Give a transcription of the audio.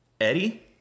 Eddie